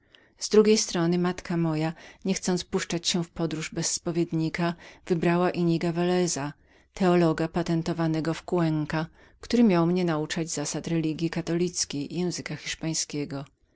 z drugiej strony matka moja niechcąc puszczać się w podróż bez spowiednika wybrała inniga veleza teologa patentowanego w cuenza który miał mnie nauczać zasad religji katolickiej i języka hiszpańskiego